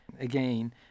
again